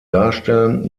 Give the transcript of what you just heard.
darstellen